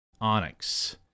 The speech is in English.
Onyx